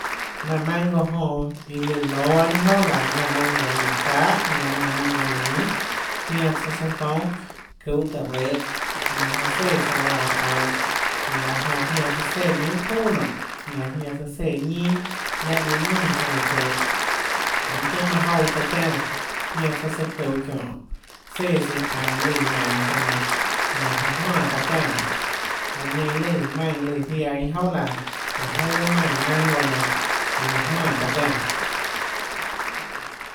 Maùnã mango jonã iã lùã lóâ bahâ ninâ jouà laã maùnã mango iã lùã çahà ñanã maùnã mango lùã minhà zianã tsouã søã zoúnâ çuhå táå rehå ñanã jonã séã tsouã uáhã aunå ñanã laã jonã zianã søã sùã minhà çuuà nonê ñanã zianã søã séã ñinâ láhã lùã ðùnã tsouã løã çuhå mønâ tøhê manã jouã taã tiánã zianã tsouã søã çuhå çiónhå sùã tsøã aunå lùã iã naønå tsouã nenã ñanã jonã jmánã taã tiánå nonê laã nenã lùã maùnã lùã ziaã iâ jouà laã tùhå joà guiohà maùnã mango nenã iã lùã jmánã taã tiánã